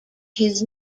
his